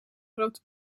grote